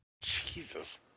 Jesus